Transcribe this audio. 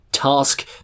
Task